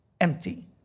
empty